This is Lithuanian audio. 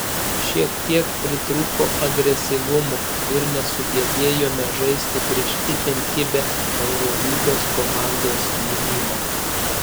šiek tiek pritrūko agresyvumo ir nesugebėjome žaisti prieš itin kibią eurolygos komandos gynybą